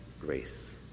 grace